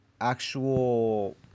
actual